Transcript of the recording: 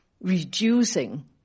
reducing